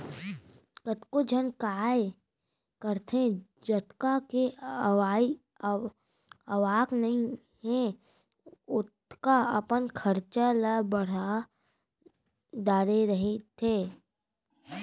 कतको झन काय करथे जतका के आवक नइ हे ओतका अपन खरचा ल बड़हा डरे रहिथे